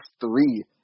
three